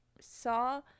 saw